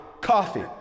coffee